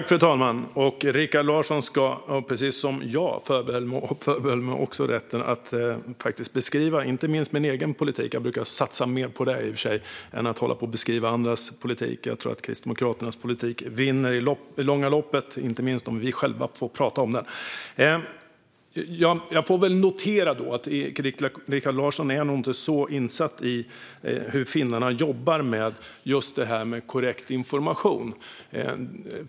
Fru talman! Jag förbehåller mig i likhet med Rikard Larsson rätten att beskriva inte minst min egen politik - jag brukar i och för sig satsa mer på det än på att hålla på och beskriva andras politik. Jag tror att Kristdemokraternas politik vinner i långa loppet, inte minst om vi själva får prata om den. Jag får notera att Rikard Larsson nog inte är så insatt i hur finnarna jobbar med detta med korrekt information.